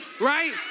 right